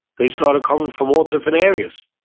they started coming from all different areas.